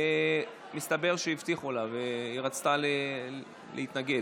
מסתבר שהבטיחו לה והיא רצתה להתנגד,